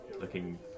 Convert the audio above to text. looking